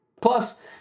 Plus